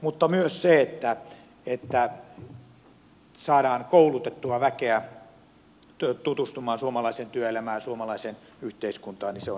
mutta myös se on erittäin hyvä asia että saadaan koulutettua väkeä tutustumaan suomalaiseen työelämään suomalaiseen yhteiskuntaan iso